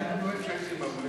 אם לא, אני אפסיק.